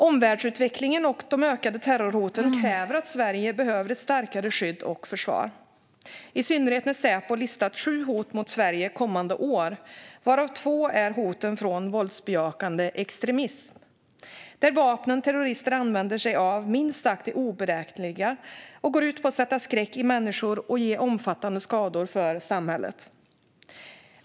Omvärldsutvecklingen och de ökade terrorhoten gör att det krävs starkare skydd och försvar av Sverige, i synnerhet eftersom Säpo listat sju hot mot Sverige kommande år, varav två är hot från våldsbejakande extremism. De vapen som terrorister använder sig av är minst sagt oberäkneliga och går ut på att sätta skräck i människor och orsaka omfattande skador för samhället.